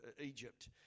egypt